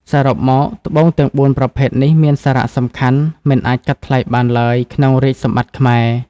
សរុបមក ត្បូងទាំងបួនប្រភេទនេះមានសារៈសំខាន់មិនអាចកាត់ថ្លៃបានឡើយក្នុងរាជសម្បត្តិខ្មែរ។